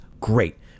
great